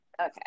Okay